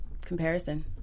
comparison